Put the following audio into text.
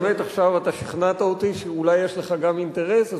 באמת עכשיו אתה שכנעת אותי שאולי יש לך גם אינטרס.